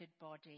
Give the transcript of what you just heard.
body